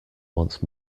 once